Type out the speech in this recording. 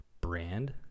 brand